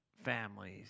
families